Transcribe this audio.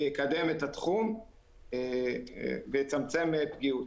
זה יקדם את התחום ויצמצם פגיעות.